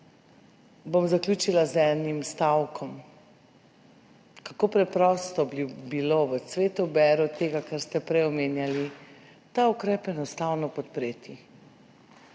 Zaključila bom z enim stavkom, kako preprosto bi bilo v cvetoberu tega, kar ste prej omenjali, ta ukrep enostavno podpreti,